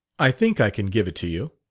i think i can give it to you.